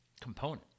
component